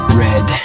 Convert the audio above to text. red